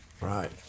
Right